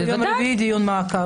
וביום רביעי דיון מעקב.